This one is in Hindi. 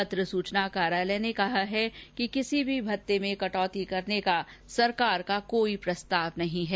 पत्र सूचना कार्यालय ने कहा है कि कर्मचारियों के किसी भी भत्ते में कटौती करने का सरकार का कोई प्रस्ताव नहीं है